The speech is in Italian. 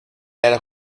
era